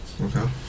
Okay